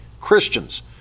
Christians